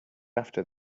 after